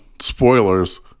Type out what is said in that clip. spoilers